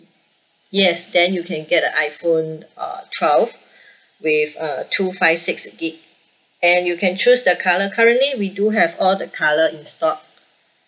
yes then you can get a iphone uh twelve with uh two five six gig and you can choose the colour currently we do have all the colour in stock